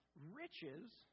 riches